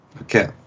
okay